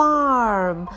？Farm